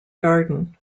garden